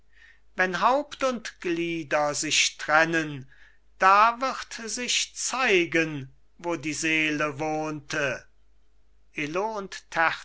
wenn haupt und glieder sich trennen da wird sich zeigen wo die seele wohnte illo